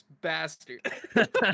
bastard